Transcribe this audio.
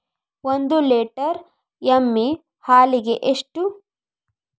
ಒಂದು ಲೇಟರ್ ಎಮ್ಮಿ ಹಾಲಿಗೆ ಎಷ್ಟು?